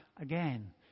again